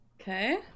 okay